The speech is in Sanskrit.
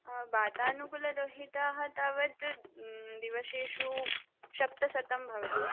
वातानुकूलरहिताः तावत् दिवसेषु सप्तशतं भवति